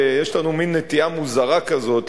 יש לנו מין נטייה מוזרה כזאת,